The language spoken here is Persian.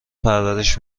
پرورش